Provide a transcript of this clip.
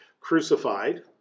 crucified